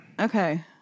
Okay